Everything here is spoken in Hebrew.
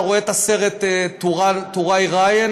אתה רואה את הסרט "טוראי ריאן",